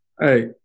Hey